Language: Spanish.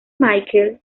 michael